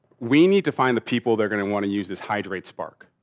we need to find the people they're going to want to use this hydrate spark.